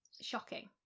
shocking